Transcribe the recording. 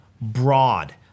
broad